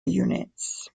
units